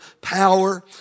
power